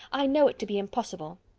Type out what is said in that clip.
i know it to be impossible.